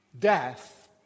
death